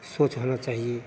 सोच होना चाहिए